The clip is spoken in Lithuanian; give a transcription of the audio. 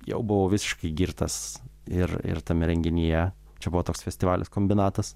jau buvau visiškai girtas ir ir tame renginyje čia buvo toks festivalis kombinatas